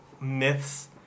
myths